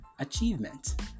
Achievement